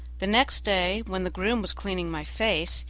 the next day, when the groom was cleaning my face,